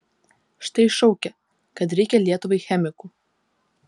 štai šaukia kad reikia lietuvai chemikų